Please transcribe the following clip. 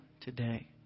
today